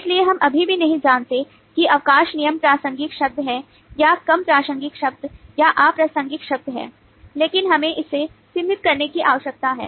इसलिए हम अभी भी नहीं जानते हैं कि अवकाश नियम प्रासंगिक शब्द हैं या कम प्रासंगिक शब्द या अप्रासंगिक शब्द हैं लेकिन हमें इसे चिह्नित करने की आवश्यकता है